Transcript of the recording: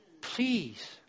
Please